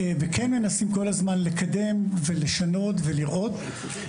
וכן מנסים כל הזמן לקדם ולשנות ולראות.